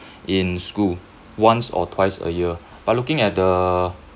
in school once or twice a year but looking at the